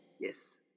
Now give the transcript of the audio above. Yes